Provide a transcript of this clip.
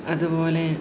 അതുപോലെ